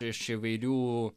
iš įvairių